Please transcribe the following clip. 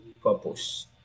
purpose